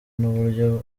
n’uburyo